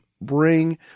bring